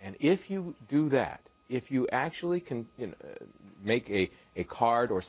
and if you do that if you actually can make a card or